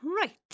Right